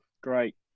great